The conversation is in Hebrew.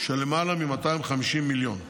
של למעלה מ-250 מיליון ש"ח.